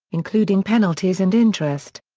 including penalties and interest.